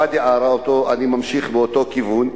ואדי עארה, אני ממשיך באותו כיוון,